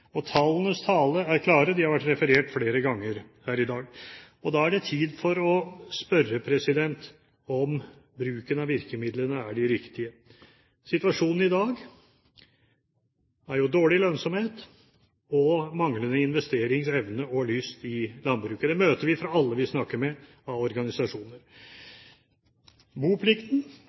Tallenes tale er klar, de har vært referert flere ganger her i dag. Da er det tid for å spørre om bruken av virkemidlene er riktig. Situasjonen i dag er jo dårlig lønnsomhet og manglende investeringsevne og -lyst i landbruket. Det møter vi fra alle organisasjoner vi snakker med.